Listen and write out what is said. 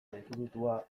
definitua